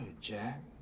Jack